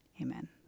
Amen